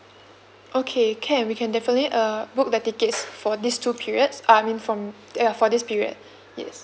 okay can we can definitely uh book the tickets for these two periods ah I mean from ya for this period yes